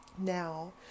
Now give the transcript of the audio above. Now